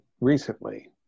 recently